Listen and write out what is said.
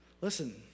Listen